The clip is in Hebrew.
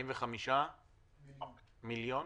45 מיליון?